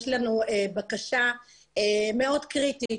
יש לנו בקשה מאוד קריטית,